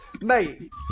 Mate